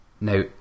now